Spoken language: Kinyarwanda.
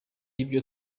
ibyo